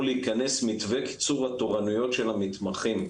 להיכנס מתווה קיצור התורנויות של המתמחים.